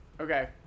Okay